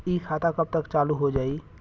इ खाता कब तक चालू हो जाई?